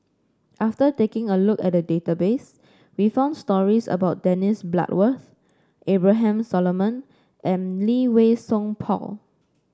after taking a look at the database we found stories about Dennis Bloodworth Abraham Solomon and Lee Wei Song Paul